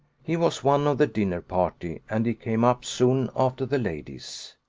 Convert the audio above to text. he was one of the dinner party, and he came up soon after the ladies.